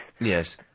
Yes